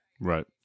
right